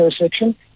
section